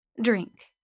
Drink